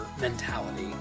mentality